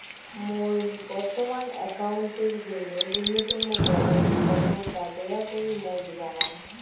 মোর বর্তমান অ্যাকাউন্টের জন্য ন্যূনতম ব্যালেন্স কত তা দয়া করি মোক জানান